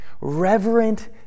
reverent